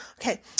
Okay